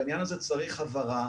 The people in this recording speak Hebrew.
בעניין הזה צריך הבהרה.